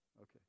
Okay